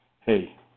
Hey